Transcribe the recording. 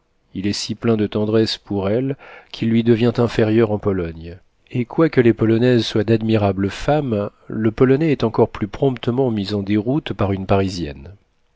il est si plein de tendresse pour elle qu'il lui devient inférieur en pologne et quoique les polonaises soient d'admirables femmes le polonais est encore plus promptement mis en déroute par une parisienne